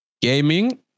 gaming